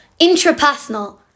Intrapersonal